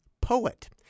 Poet